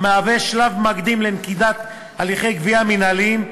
שהיא שלב מקדים לנקיטת הליכי גבייה מינהליים,